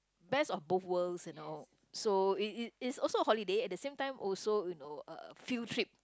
best of both worlds you know so it it it's also a holiday at the same time also you know uh field trip